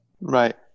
Right